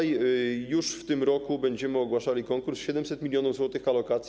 Już w tym roku będziemy ogłaszali konkurs - 700 mln zł alokacji.